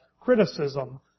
criticism